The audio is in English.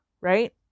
right